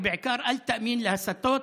ובעיקר אל תאמין להסתות